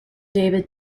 david